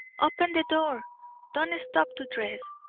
open the door don't stop to dress.